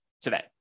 today